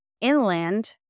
inland